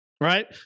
Right